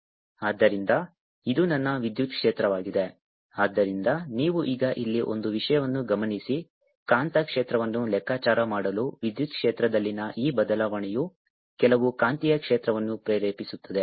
ಆದ್ದರಿಂದ ಇದು ನನ್ನ ವಿದ್ಯುತ್ ಕ್ಷೇತ್ರವಾಗಿದೆ ಆದ್ದರಿಂದ ನೀವು ಈಗ ಇಲ್ಲಿ ಒಂದು ವಿಷಯವನ್ನು ಗಮನಿಸಿ ಕಾಂತಕ್ಷೇತ್ರವನ್ನು ಲೆಕ್ಕಾಚಾರ ಮಾಡಲು ವಿದ್ಯುತ್ ಕ್ಷೇತ್ರದಲ್ಲಿನ ಈ ಬದಲಾವಣೆಯು ಕೆಲವು ಕಾಂತೀಯ ಕ್ಷೇತ್ರವನ್ನು ಪ್ರೇರೇಪಿಸುತ್ತದೆ